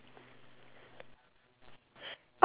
I hope so man